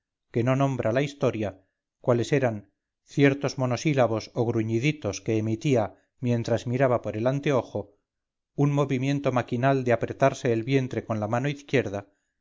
que no nombra la historia cuales eran ciertos monosílabos o gruñiditos que emitía mientras miraba por el anteojo un movimiento maquinal de apretarse el vientre con la mano izquierda